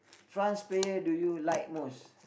France player do you like most